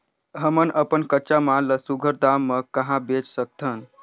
हमन अपन कच्चा माल ल सुघ्घर दाम म कहा बेच सकथन?